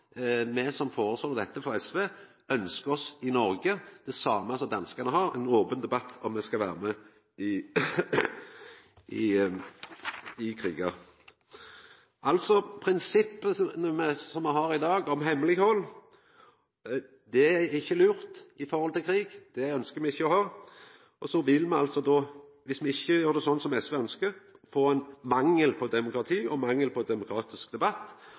me frå SV som foreslår dette, ønskjer oss i Noreg: det same som danskane har – ein open debatt om me skal vera med i krigar. Altså: Prinsippet som me har i dag om hemmeleghald, er ikkje lurt når det gjeld krig. Det ønskjer me ikkje å ha. Me vil då, dersom me ikkje gjer det sånn som SV ønskjer, få mangel på demokrati og mangel på demokratisk debatt.